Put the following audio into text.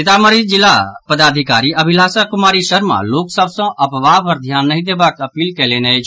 सीतामढ़ी जिला पदाधिकारी अभिालाषा कुमारी शर्मा लोक सभ सँ अफवाह पर ध्यान नहि देबाक अपील कयलनि अछि